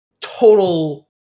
total